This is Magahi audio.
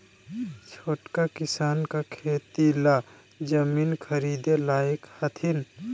छोटका किसान का खेती ला जमीन ख़रीदे लायक हथीन?